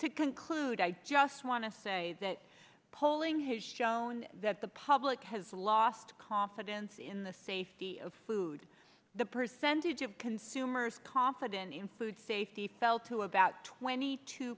to conclude i just want to say that polling has shown that the public has lost confidence in the safety of food the percentage of consumers confident in food safety fell to a about twenty two